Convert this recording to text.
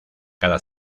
cada